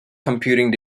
computing